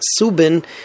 Subin